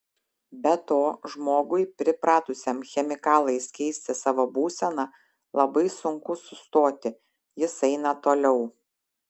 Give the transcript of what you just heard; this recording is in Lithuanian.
be to žmogui pripratusiam chemikalais keisti savo būseną labai sunku sustoti jis eina toliau